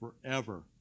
forever